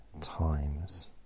times